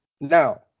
Now